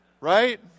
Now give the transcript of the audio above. Right